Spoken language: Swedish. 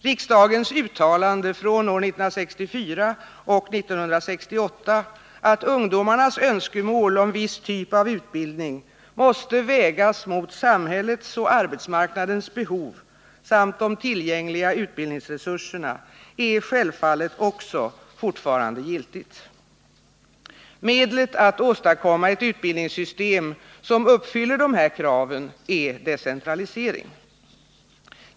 Riksdagens uttalande från år 1964 och 1968 att ungdomarnas önskemål om viss typ av utbildning måste vägas mot samhällets och arbetsmarknadens behov samt de tillgängliga utbildningsresurserna är självfallet också fortfarande giltigt. Medlet att åstadkomma ett utbildningssystem som uppfyller dessa krav är decentralisering.